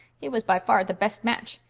he was by far the best match.